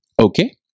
Okay